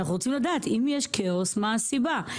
ואנחנו רוצים לדעת מה הסיבה לכאוס,